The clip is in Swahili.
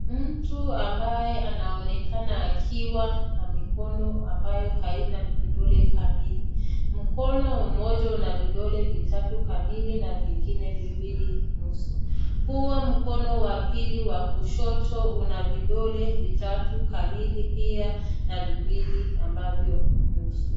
Mtu ambaye anaonekana akiwa na mikono ambayo haina vidole kamili. Mkono mmoja na vidole vitatu kamili na vingine viwili nusu. Huo mkono wa pili wa kushoto una vidole vitatu kamili pia na viwili ambavyo nusu.